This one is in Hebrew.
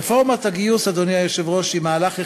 רפורמת הגיוס, אדוני היושב-ראש,